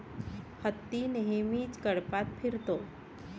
हत्ती नेहमी कळपात फिरतो